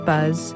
Buzz